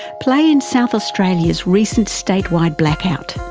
play in south australia's recent state wide blackout?